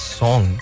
song